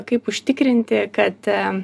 kaip užtikrinti kad